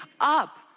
up